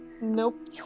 Nope